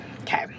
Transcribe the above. Okay